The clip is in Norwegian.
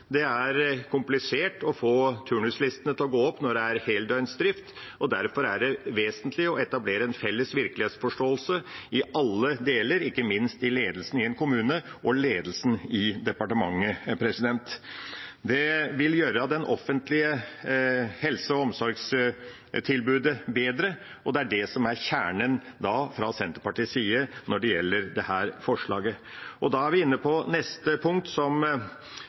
Det er komplisert å få turnuslistene til å gå opp når det er heldøgnsdrift, og derfor er det vesentlig å etablere en felles virkelighetsforståelse i alle deler, ikke minst i ledelsen i en kommune og ledelsen i departementet. Det vil gjøre det offentlige helse- og omsorgstilbudet bedre, og det er det som er kjernen fra Senterpartiets side når det gjelder dette forslaget. Da er vi inne på neste punkt, som